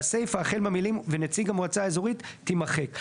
והסיפה החל במילים "ונציג המועצה האזורית" תימחק.